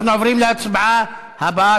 אנחנו עוברים להצבעה הבאה,